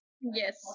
Yes